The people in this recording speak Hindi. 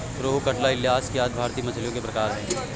रोहू, कटला, इलिस आदि भारतीय मछलियों के प्रकार है